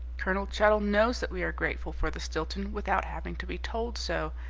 colonel chuttle knows that we are grateful for the stilton, without having to be told so,